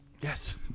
Yes